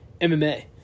MMA